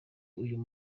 uyu